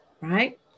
right